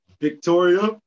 Victoria